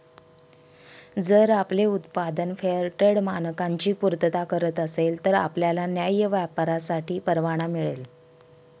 जर आपले उत्पादन फेअरट्रेड मानकांची पूर्तता करत असेल तर आपल्याला न्याय्य व्यापारासाठी परवाना मिळेल